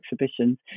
exhibition